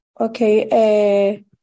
Okay